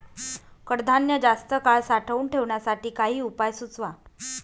कडधान्य जास्त काळ साठवून ठेवण्यासाठी काही उपाय सुचवा?